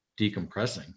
decompressing